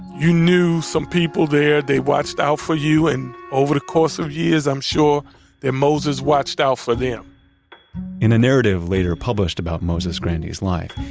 you knew some people there, they watched out for you, and over the course of years, i'm sure that moses watched out for them in a narrative later published about moses grandy's life,